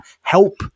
Help